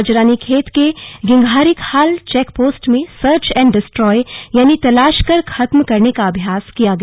आज रानीखेत के Dhingharikhal check post में सर्च एण्ड डिस्ट्रॉय यानी तलाशकर खत्म करने का अभ्यास किया गया